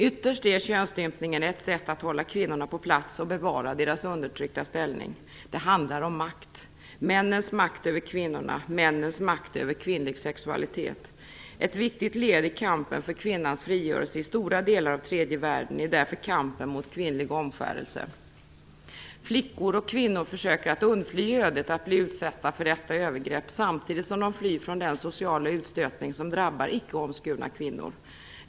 Ytterst är könsstympningen ett sätt att hålla kvinnorna på plats och bevara deras undertryckta ställning. Det handlar om makt. Männens makt över kvinnorna, männens makt över kvinnlig sexualitet. Ett viktigt led i kampen för kvinnans frigörelse i stora delar av tredje världen är därför kampen mot kvinnlig omskärelse. Flickor och kvinnor försöker att undfly ödet att bli utsatta för detta övergrepp samtidigt som de flyr från den sociala utstötning som drabbar icke omskurna kvinnor.